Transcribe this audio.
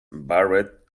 barred